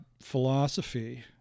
philosophy